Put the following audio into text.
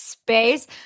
space